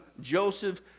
Joseph